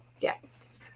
yes